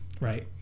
right